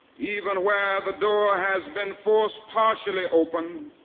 even where the door has been forced partially open,